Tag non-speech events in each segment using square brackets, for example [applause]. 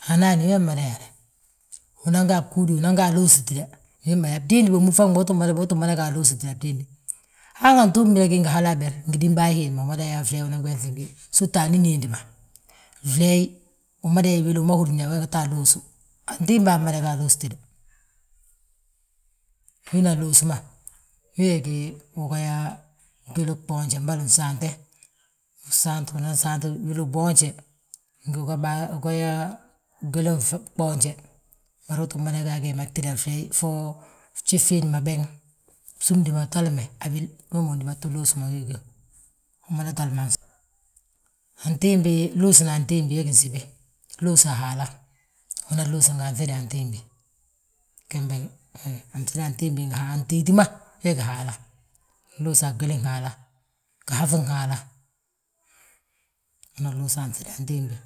Hani hani wee mmada yaale, unan ga a bgúudi, unan ga aluus tída, [hesitation] bdiindi bommu tída, uu tti mada ga aluus tída. Uu tti madaga aluusi tída a bdiinde, hanganti umída gí ngi hala aber, gidimbaaya hiinde umada yaa fleey unan ɓiinŧa a hi. Súuta anín hiindi ma, fleey umada yaa wil wima húri yaa ngette aluusi wi, antiimbaa mmada ga aluus tída. Wina luus ma wee gí, unga yaa gwili gboonje mbolo fnsaante, usaant unan saant wili uboonje. Uga yaa gwili gboonje, bari uu tti mada ga a gemma gtída fo fleey, fjif fiindi ma béeŋ, bsúmdi ma ntamle, a wil. Wee ma dúba tu luus ma wi, wi gíw, umada tamle. Antiimbi, luusna antiimbi we gí nsibi, luusa a Haala, unan luusi nga anŧida antiimbi, gembe, anŧida antiimbi, ngi antíiti ma, hee gí Haala. Luusa a gwilin Haala, gihaŧin Haala, unan luusa anŧida antiimbi,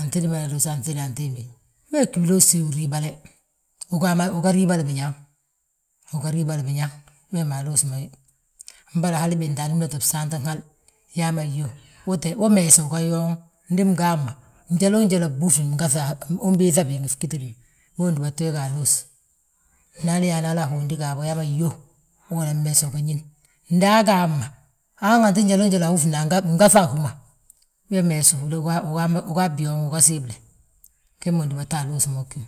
antiimbi hi mada luusa anŧidni antiimbi. Wee ggí winoosi, uriibale, [hesitation] uga riibali biñaŋ, uga riibali biñaŋ wee ma luus ma wi. Mbolo hali binte anúmnati bsaantin hal, yaama yo, [hesitation] wo meesi uga yooŋ, ndi mgaama njaloo njal, bwúfle, [hesitation] umbiiŧa bi ngi ggítidi ma, wee dúbatu we ga aluus. Ndi hali yaana, hala a hondi ga habo, yaama yo, wo nan meese uga ñín. Nda aga hamma, han njaloo njali wi wúflini mgaŧa a wuma, we meesu, ugaa byooŋ uga siimle, gembe gdúbatu aluusi ma wi, wigíw.